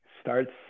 Starts